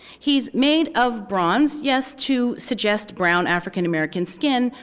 he's made of bronze, yes, to suggest brown, african-american skin,